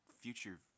future